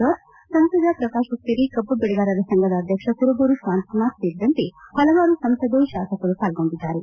George ಸಂಸದ ಪ್ರಕಾಶ್ ಮಕ್ಕೇರಿ ಕಬ್ಬು ಬೆಳೆಗಾರರ ಸಂಘದ ಅಧ್ಯಕ್ಷ ಕುರುಬೂರು ಶಾಂತಕುಮಾರ್ ಸೇರಿದಂತೆ ಪಲವಾರು ಸಂಸದರು ಶಾಸಕರು ಪಾಲ್ಗೊಂಡಿದ್ದಾರೆ